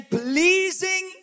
pleasing